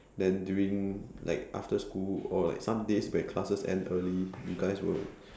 then during like after school or like some days when classes end early you guys will